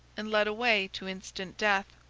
and led away to instant death.